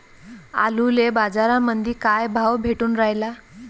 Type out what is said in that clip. आलूले बाजारामंदी काय भाव भेटून रायला?